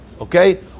okay